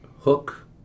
hook